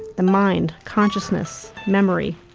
the mind, consciousness, memory,